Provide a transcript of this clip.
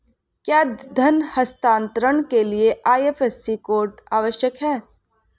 क्या धन हस्तांतरण के लिए आई.एफ.एस.सी कोड आवश्यक है?